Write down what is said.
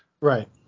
Right